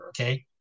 okay